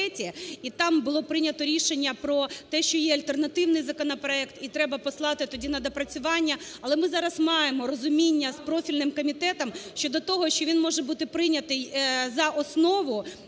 І там було прийнято рішення про те, що є альтернативний законопроект, і треба послати тоді на доопрацювання. Але ми зараз маємо розуміння з профільним комітетом щодо того, що він може бути прийнятий за основу,